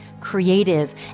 creative